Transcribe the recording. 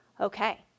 Okay